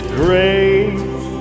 grace